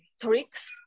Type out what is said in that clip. tricks